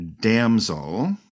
Damsel